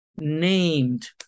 named